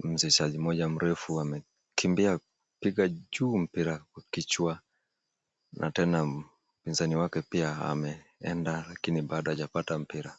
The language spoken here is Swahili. mchezaji mmoja mrefu amekimbia kupiga juu mpira kwa kichwa, na tena mpinzani wake pia ameenda lakini bado hajapata mpira.